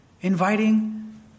inviting